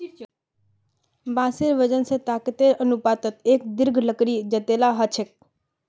बांसेर वजन स ताकतेर अनुपातत एक दृढ़ लकड़ी जतेला ह छेक